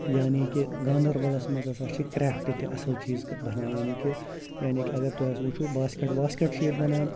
یعنی کہِ گاندَربَلَس منٛز ہَسا چھِ کرٛیفٹ تہِ اَصٕل چیٖز بَسان یعنی کہِ یعنی کہِ اگر تۄہہِ ہَسا وٕچھو باسکٮ۪ٹ واسکٮ۪ٹ چھِ ییٚتہِ بَنان